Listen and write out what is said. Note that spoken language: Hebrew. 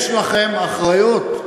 יש לכם אחריות.